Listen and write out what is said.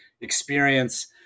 experience